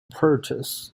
purchase